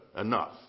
enough